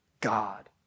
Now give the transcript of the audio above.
God